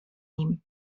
nim